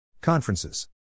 Conferences